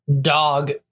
dog